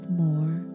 more